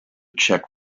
czech